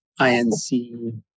INC